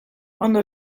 ondo